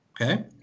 okay